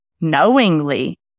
knowingly